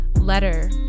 letter